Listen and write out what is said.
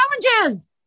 Challenges